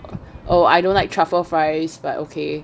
oh I don't like truffle fries but okay